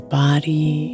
body